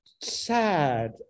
sad